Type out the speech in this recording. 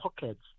pockets